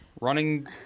running